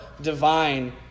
divine